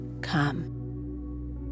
come